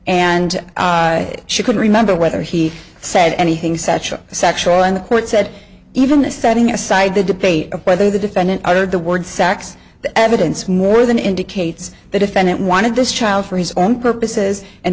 and she couldn't remember whether he said anything such a sexual and the court said even if setting aside the debate of whether the defendant uttered the word sax the evidence more than indicates the defendant wanted this child for his own purposes and